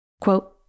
Quote